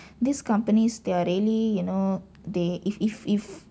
these companies they are really you know they if if if